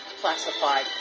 classified